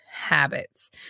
habits